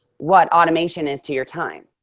what automation is to your time.